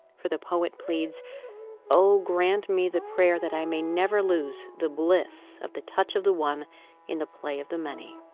for the poet pleads oh, grant me the prayer that i may never lose the bliss of the touch of the one in the play of the many